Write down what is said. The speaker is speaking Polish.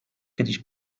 kiedyś